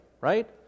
right